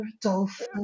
dolphin